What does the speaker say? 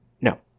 No